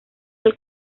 del